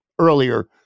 earlier